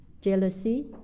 jealousy